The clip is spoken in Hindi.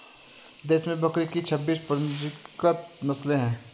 देश में बकरी की छब्बीस पंजीकृत नस्लें हैं